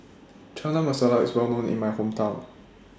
Chana Masala IS Well known in My Hometown